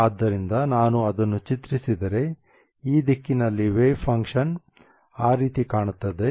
ಆದ್ದರಿಂದ ನಾನು ಅದನ್ನು ಚಿತ್ರಿಸಿದರೆ ಈ ದಿಕ್ಕಿನಲ್ಲಿ ವೇವ್ ಫಂಕ್ಷನ್ ಆ ರೀತಿ ಕಾಣುತ್ತದೆ